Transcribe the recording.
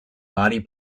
body